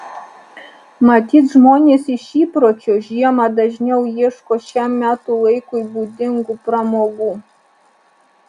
matyt žmonės iš įpročio žiemą dažniau ieško šiam metų laikui būdingų pramogų